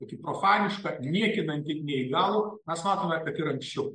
tokį profanišką niekinantį neįgalų mes matome kad ir anksčiau